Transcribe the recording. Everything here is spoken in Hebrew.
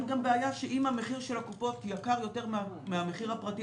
אין גם בעיה שאם המחיר של קופות החולים יקר יותר מן המחיר של הפרטיים,